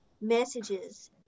messages